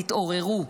תתעוררו.